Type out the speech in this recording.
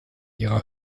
ihrer